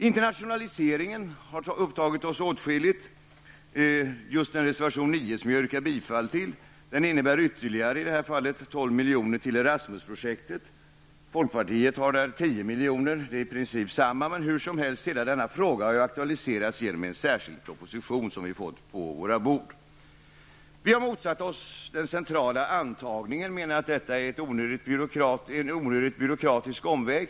Internationaliseringen har upptagit oss åtskilligt. Just reservation 9, som jag yrkar bifall till, innebär i det här fallet ytterligare 12 miljoner till ERASMUS-projektet. Folkpartiet har där 10 miljoner, och det är i princip samma. Men hur som helst har denna fråga aktualiserats genom en särskild proposition som vi fått på våra bord. Vi har motsatt oss den centrala antagningen och menar att den är en onödigt byråkratisk omväg.